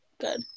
Good